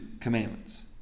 commandments